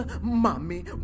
mommy